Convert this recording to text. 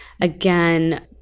Again